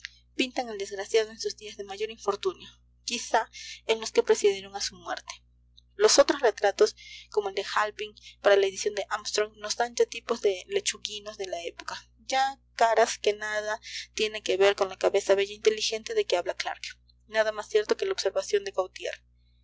pintan al desgraciado en sus días de mayor infortunio quizá en los que precedieron a su muerte los otros retratos como el de halpin para la edición de amstrong nos dan ya tipos de lechuguinos de la época ya caras que nada tienen que ver con la cabeza bella e inteligente de que habla clark nada más cierto que la observación de gautier